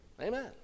Amen